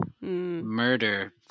murder